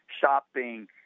shopping